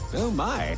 oh my